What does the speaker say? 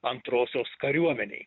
antrosios kariuomenei